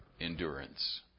endurance